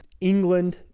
England